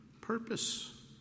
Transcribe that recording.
purpose